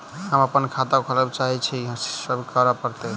हम अप्पन खाता खोलब चाहै छी की सब करऽ पड़त?